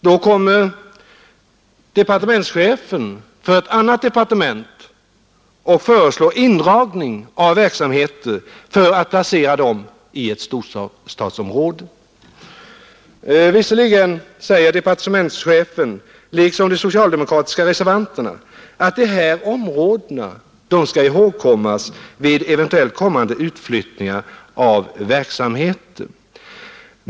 Då kommer chefen för ett annat departement och föreslår indragning av verksamheter för att placera dem i ett storstadsområde. Visserligen säger departementschefen liksom de socialdemokratiska reservanterna att dessa områden skall ihågkommas vid eventuellt kommande utflyttningar av verksamheter.